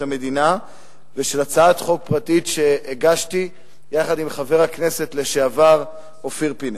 המדינה ושל הצעת חוק פרטית שהגשתי יחד עם חבר הכנסת לשעבר אופיר פינס.